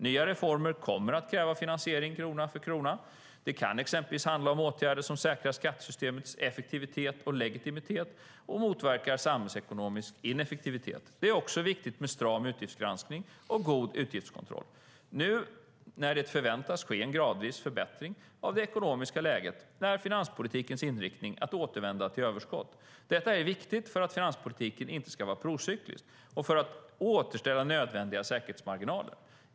Nya reformer kommer att kräva finansiering krona för krona. Det kan exempelvis handla om åtgärder som säkrar skattesystemets effektivitet och legitimitet och motverkar samhällsekonomisk ineffektivitet. Det är också viktigt med stram utgiftsgranskning och god utgiftskontroll. Nu när det förväntas ske en gradvis förbättring av det ekonomiska läget är finanspolitikens inriktning att återvända till överskott. Detta är viktigt för att finanspolitiken inte ska vara procyklisk och för att återställa nödvändiga säkerhetsmarginaler.